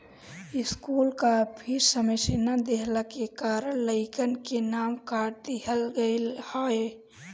school कअ fees समय से ना देहला के कारण लइकन के नाम काट दिहल गईल हवे